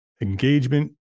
engagement